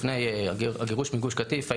לפני הגירוש בגוש קטיף,